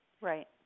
Right